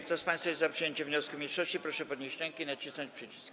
Kto z państwa jest za przyjęciem wniosku mniejszości, proszę podnieść rękę i nacisnąć przycisk.